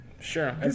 sure